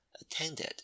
attended